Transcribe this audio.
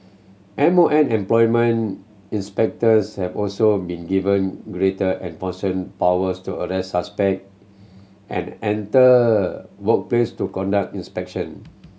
M O M employment inspectors have also been given greater enforcing powers to arrest suspect and enter workplace to conduct inspection